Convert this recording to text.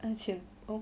很 sian hor